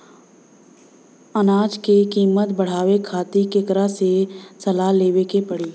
अनाज क कीमत बढ़ावे खातिर केकरा से सलाह लेवे के पड़ी?